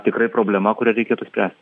tikrai problema kurią reikėtų spręst